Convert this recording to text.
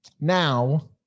now